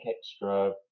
extra